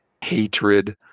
hatred